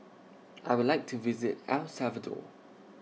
I Would like to visit El Salvador